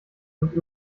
und